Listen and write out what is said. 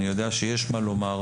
אני יודע שיש מה לומר,